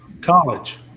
College